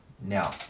Now